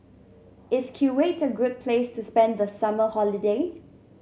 is Kuwait a great place to spend the summer holiday